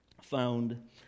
found